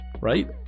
right